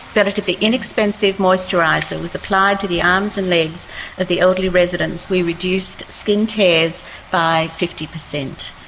relatively inexpensive moisturiser was applied to the arms and legs of the elderly residents, we reduced skin tears by fifty percent.